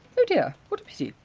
oh dear, what a pity.